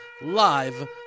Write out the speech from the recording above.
live